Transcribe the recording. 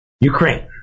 Ukraine